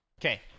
Okay